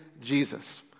Jesus